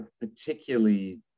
particularly